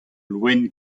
loen